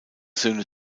söhne